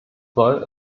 soll